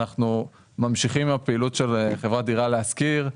אנחנו ממשיכים עם הפעילות של חברת "דירה להשכיר".